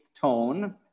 tone